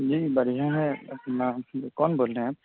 جی بڑھیا ہے اپنا کون بول رہے ہیں